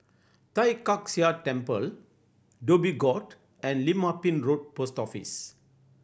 Tai Kak Seah Temple Dhoby Ghaut and Lim Ah Pin Road Post Office